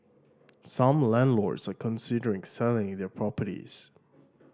some landlords are considering selling their properties